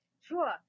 Sure